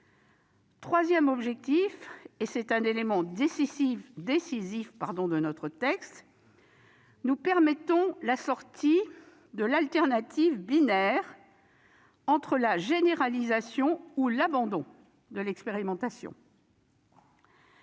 Troisième objectif, et c'est un élément décisif de notre texte : sortir de l'alternative binaire entre la généralisation ou l'abandon de l'expérimentation.